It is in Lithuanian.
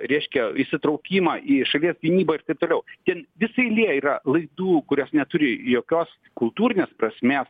reiškia įsitraukimą į šalies gynybą ir ir taip toliau ten visa eilė yra laidų kurios neturi jokios kultūrinės prasmės